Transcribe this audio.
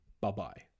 bye-bye